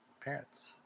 parents